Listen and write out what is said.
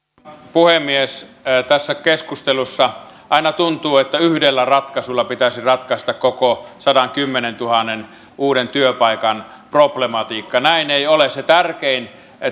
puhemies tässä keskustelussa aina tuntuu että yhdellä ratkaisulla pitäisi ratkaista koko sadankymmenentuhannen uuden työpaikan problematiikka näin ei ole se tärkein